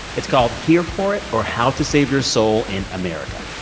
it's called here for it or, how to save your soul in america.